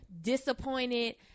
disappointed